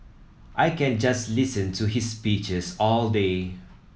I can just listen to his speeches all day